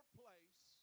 place